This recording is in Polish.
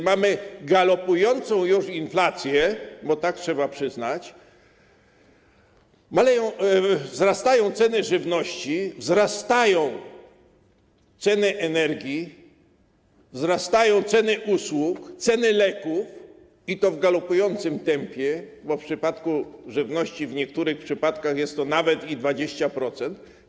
Mamy galopującą już inflację, bo tak trzeba przyznać, wzrastają ceny żywności, wzrastają ceny energii, wzrastają ceny usług, ceny leków, i to w galopującym tempie, bo w przypadku żywności w niektórych przypadkach jest to nawet i 20%.